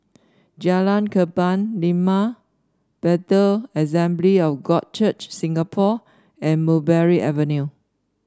Jalan Kebun Limau Bethel Assembly of God Church Singapore and Mulberry Avenue